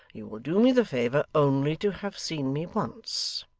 you will do me the favour only to have seen me once.